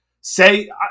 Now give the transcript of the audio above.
say